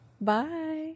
Bye